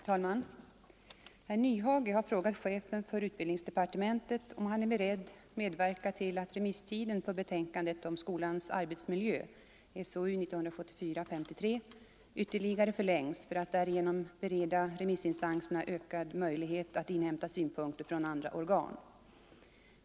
Herr talman! Herr Nyhage har frågat chefen för utbildningsdepartementet, om han är beredd medverka till att remisstiden för betänkandet om skolans arbetsmiljö ytterligare förlängs för att därigenom bereda remissinstanserna ökad möjlighet att inhämta synpunkter från andra organ.